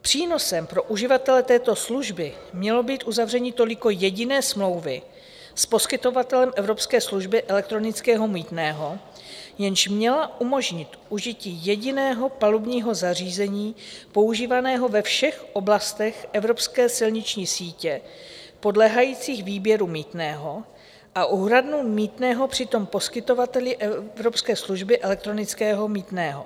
Přínosem pro uživatele této služby mělo být uzavření toliko jediné smlouvy s poskytovatelem evropské služby elektronického mýtného, jež měla umožnit užití jediného palubního zařízení používaného ve všech oblastech evropské silniční sítě podléhajících výběru mýtného a úhradu mýtného při tom poskytovateli evropské služby elektronického mýtného.